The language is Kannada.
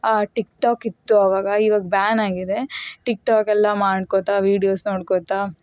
ಟಿಕ್ ಟಾಕ್ ಇತ್ತು ಆವಾಗ ಈವಾಗ ಬ್ಯಾನ್ ಆಗಿದೆ ಟಿಕ್ ಟಾಕೆಲ್ಲ ಮಾಡಿಕೊಳ್ತಾ ವೀಡಿಯೋಸ್ ನೋಡಿಕೊಳ್ತಾ